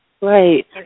Right